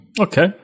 Okay